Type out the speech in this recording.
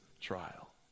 trial